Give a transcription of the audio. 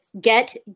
get